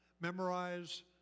Memorize